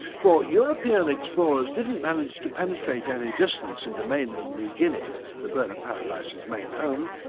for european and explorers didn't manage to penetrate any distance into mainland new guinea, the bird of paradise's main home,